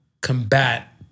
combat